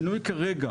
כרגע,